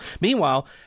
Meanwhile